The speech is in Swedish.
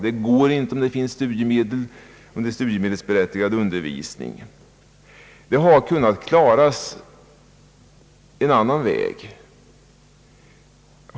Det går inte, om undervisningen är studiemedelsberättigad. Detta har kunnat ordnas en annan väg.